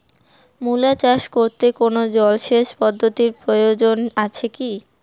মূলা চাষ করতে কোনো জলসেচ পদ্ধতির প্রয়োজন আছে কী?